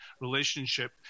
relationship